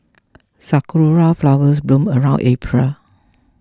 sakura flowers bloom around April